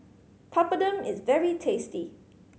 papadum is very tasty